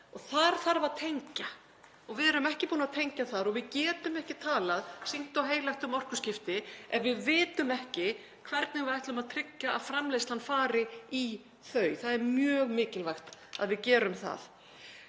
Þar þarf að tengja. Við erum ekki búin að tengja þar og við getum ekki talað sýknt og heilagt um orkuskipti ef við vitum ekki hvernig við ætlum að tryggja að framleiðslan fari í þau. Það er mjög mikilvægt að við gerum það.